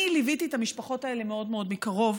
אני ליוויתי את המשפחות האלה מאוד מאוד מקרוב.